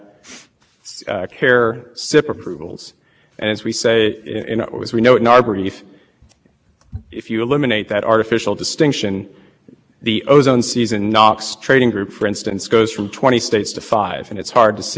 the ozone season knocks trading group for instance goes from twenty states to five and it's hard to see and i'm not sure whether if you would even say that trading group can function as intended with three quarters of the states removed the other point is that